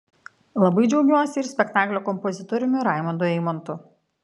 labai džiaugiuosi ir spektaklio kompozitoriumi raimundu eimontu